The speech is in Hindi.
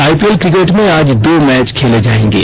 आईपीएल क्रिकेट में आज दो मैच खेले जाएंगे